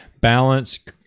balance